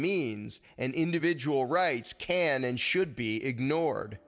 means and individual rights can and should be ignored